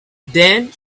then